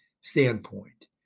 standpoint